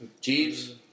Jeeves